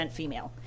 female